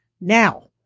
now